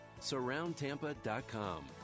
SurroundTampa.com